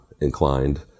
inclined